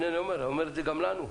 הנה אני אומר, אני אומר את זה גם לנו.